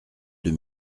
deux